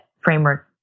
framework